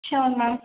sure ma'am